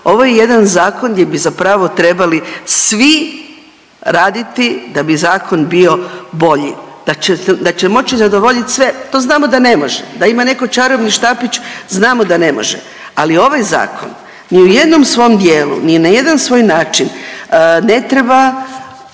Ovo je jedan zakon gdje bi zapravo trebali svi raditi da bi zakon bio bolji. Da će moći zadovoljit sve, to znamo da ne može, da ima neko čarobni štapić znamo da ne može, ali ovaj zakon ni u jednom svom dijelu, ni na jedan svoj način ne treba